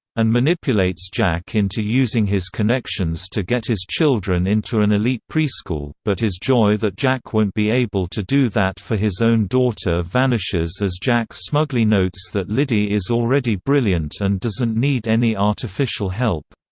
and manipulates jack into using his connections to get his children into an elite preschool, but his joy that jack won't be able to do that for his own daughter vanishes as jack smugly notes that liddy is already brilliant and doesn't need any artificial help.